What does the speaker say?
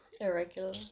irregular